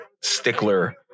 stickler